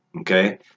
okay